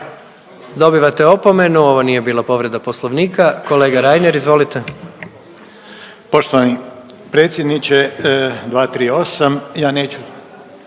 Dobivate opomenu, ovo nije bila povreda Poslovnika. Kolega Reiner, izvolite. **Reiner, Željko (HDZ)** Poštovani predsjedniče 238., ja neću